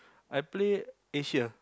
I play Asia